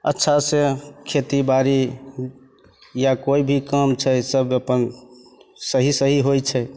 अच्छासँ खेतीबाड़ी या कोइ भी काम छै सब अपन सही सही होइ छै